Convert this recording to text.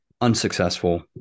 unsuccessful